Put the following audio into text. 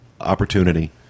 opportunity